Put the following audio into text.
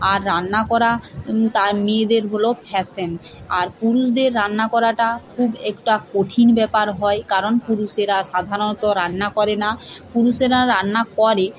আর রান্না করা তা মেয়েদের হল প্যাশন আর পুরুষদের রান্না করাটা খুব একটা কঠিন ব্যাপার হয় কারণ পুরুষেরা সাধারণত রান্না করে না পুরুষেরা রান্না করে